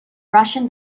russian